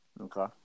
Okay